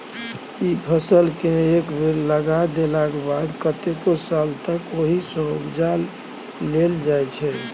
स्थायी फसलकेँ एक बेर लगा देलाक बाद कतेको साल तक ओहिसँ उपजा लेल जाइ छै